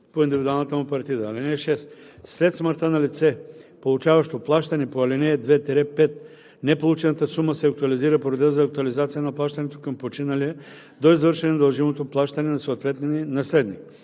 по индивидуалната му партида. (6) След смъртта на лице, получаващо плащане по ал. 2 – 5, неполучената сума се актуализира по реда за актуализация на плащането към починалия до извършване на дължимото плащане на съответния наследник.